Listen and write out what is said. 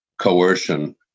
coercion